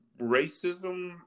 racism